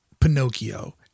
Pinocchio